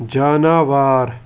جاناوار